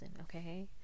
okay